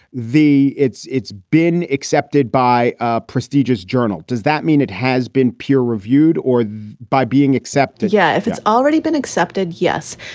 the it's it's been accepted by ah prestigious journal. does that mean it has been peer reviewed or by being accepted? yeah. if it's already been accepted. yes.